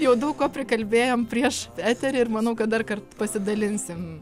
jau daug ko prikalbėjom prieš eterį ir manau kad darkart pasidalinsim